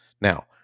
Now